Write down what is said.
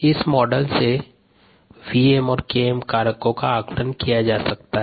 इस मॉडल से Vm और Km कारकों का आकलन किया जाता है